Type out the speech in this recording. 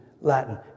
Latin